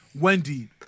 Wendy